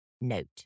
Note